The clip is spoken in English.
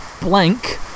blank